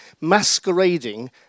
masquerading